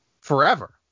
forever